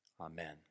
Amen